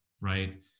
right